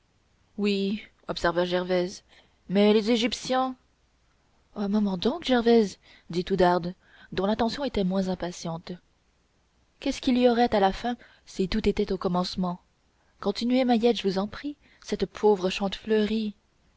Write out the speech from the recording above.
oui observa gervaise mais les égyptiens un moment donc gervaise dit oudarde dont l'attention était moins impatiente qu'est-ce qu'il y aurait à la fin si tout était au commencement continuez mahiette je vous prie cette pauvre